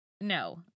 no